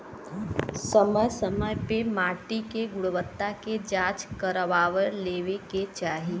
समय समय पे माटी के गुणवत्ता के जाँच करवा लेवे के चाही